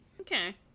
okay